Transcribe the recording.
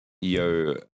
Yo